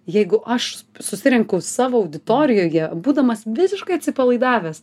jeigu aš susirenku savo auditorijoje būdamas visiškai atsipalaidavęs